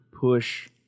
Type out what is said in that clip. push